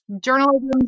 journalism